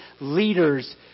leaders